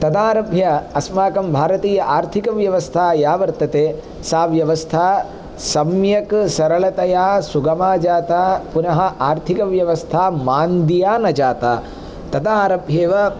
तदारभ्य अस्माकं भारतीया आर्थिकव्यवस्था या वर्तते सा व्यवस्था सम्यक् सरलतया सुगमा जाता पुनः आर्थिकव्यवस्था मान्द्या न जाता तदारभ्य एव